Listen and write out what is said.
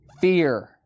Fear